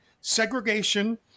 segregation